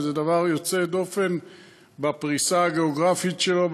וזה דבר יוצא דופן בפריסה הגיאוגרפית שלו,